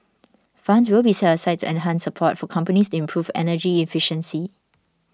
funds will be set aside to enhance support for companies to improve energy efficiency